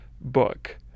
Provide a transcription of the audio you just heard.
book